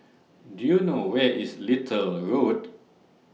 Do YOU know Where IS Little Road